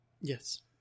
Yes